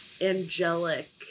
angelic